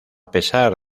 pesar